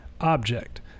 object